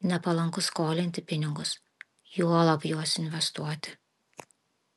nepalanku skolinti pinigus juolab juos investuoti